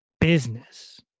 business